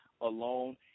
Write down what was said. alone